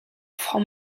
franc